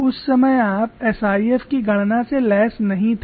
उस समय आप एसआईएफ की गणना से लैस नहीं थे